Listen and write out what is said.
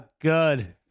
good